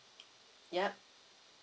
yup